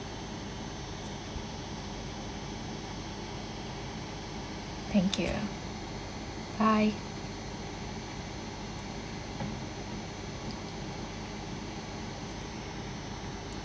thank you bye